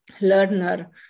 Learner